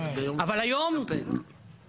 היום